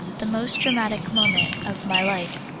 the most dramatic moment of my life.